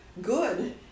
good